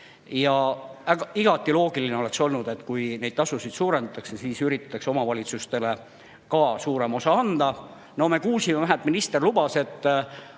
Ja igati loogiline oleks olnud, et kui neid tasusid suurendatakse, siis üritatakse omavalitsustele ka suurem osa anda. No me kuulsime, et minister lubas, et